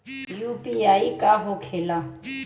UPI का होके ला?